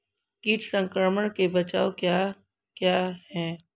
कीट संक्रमण के बचाव क्या क्या हैं?